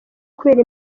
kubera